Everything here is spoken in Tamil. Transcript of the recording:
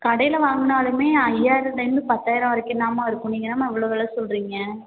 கடையில் வாங்கினாலுமே ஐயாயிரத்துலேருந்து பத்தாயிரம் வரைக்கும்தான்மா இருக்கும் நீங்கள் என்னமா இவ்வளோவு வெலை சொல்கிறீங்க